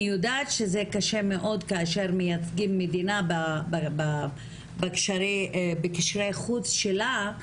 אני יודעת שזה קשה מאוד כאשר מייצגים מדינה בקשרי חוץ שלה,